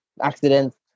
accidents